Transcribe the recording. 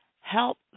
Help